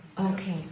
Okay